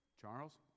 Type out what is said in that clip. Charles